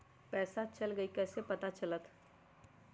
पैसा चल गयी कैसे पता चलत?